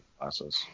classes